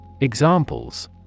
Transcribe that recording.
Examples